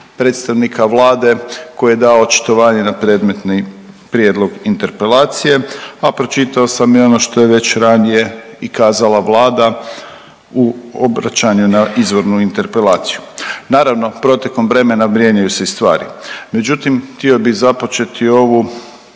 predstavnika Vlade koji je dao očitovanje na predmetni prijedlog interpelacije, a pročitao sam i ono što je već ranije i kazala Vlada u obraćanju na izvornu interpelaciju. Naravno, protekom vremena mijenjaju se stvari, međutim htio bi započeti ovu